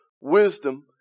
wisdom